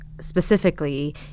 specifically